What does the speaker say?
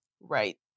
Right